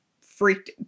freaked